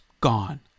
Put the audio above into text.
gone